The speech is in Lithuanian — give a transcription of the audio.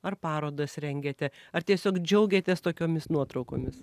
ar parodas rengiate ar tiesiog džiaugiatės tokiomis nuotraukomis